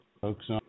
folks